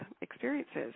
experiences